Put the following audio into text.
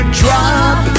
drop